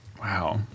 Wow